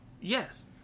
yes